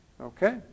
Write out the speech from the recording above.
okay